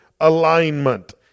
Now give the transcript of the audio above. alignment